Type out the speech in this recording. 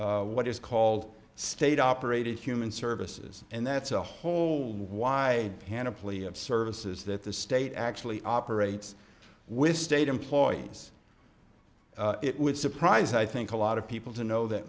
what is called state operated human services and that's a whole wide panoply of services that the state actually operates with state employees it would surprise i think a lot of people to know that